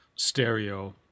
stereo